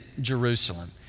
Jerusalem